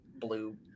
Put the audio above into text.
blue